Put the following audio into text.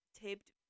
taped